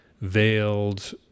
veiled